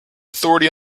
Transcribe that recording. authority